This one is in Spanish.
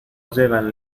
llevan